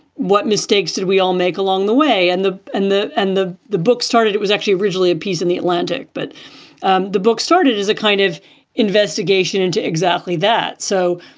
what mistakes did we all make along the way? and the and the and the. the book started it was actually originally a piece in the atlantic, but and the book started as a kind of investigation into exactly that. so.